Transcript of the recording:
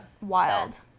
wild